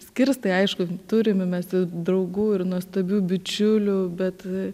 skirstai aišku turim mes ir draugų ir nuostabių bičiulių bet